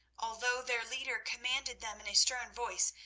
although their leader commanded them in a stern voice,